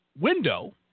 window